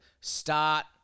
start